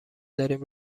داریم